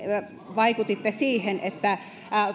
vaikutitte siihen että